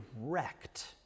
wrecked